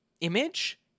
image